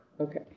Okay